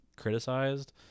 Criticized